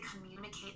communicate